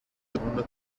yılında